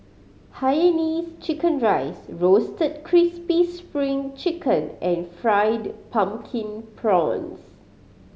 hainanese chicken rice Roasted Crispy Spring Chicken and Fried Pumpkin Prawns